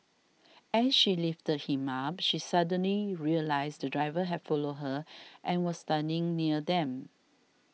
as she lifted him up she suddenly realised the driver had followed her and was standing near them